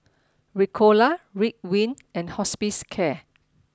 Ricola Ridwind and Hospicare